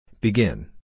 Begin